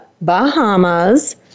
Bahamas